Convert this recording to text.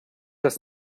das